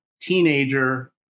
teenager